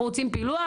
אנחנו רוצים פילוח,